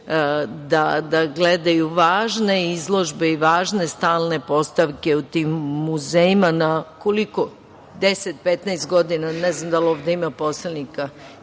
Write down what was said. da gledaju važne izložbe i važne stalne postavke u tim muzejima 10, 15 godina. Ne znam koliko ovde ima poslanika